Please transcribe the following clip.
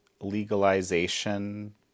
legalization